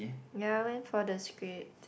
ya I went for the script